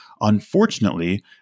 unfortunately